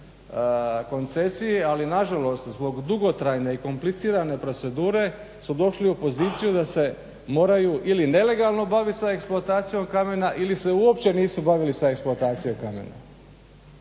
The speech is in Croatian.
ali na žalost zbog dugotrajne i komplicirane procedure su došli u poziciju da se moraju ili nelegalno bavit sa eksploatacijom kamena ili se uopće nisu bavili sa eksploatacijom kamena.